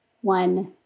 one